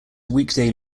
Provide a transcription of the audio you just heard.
weekday